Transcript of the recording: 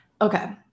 okay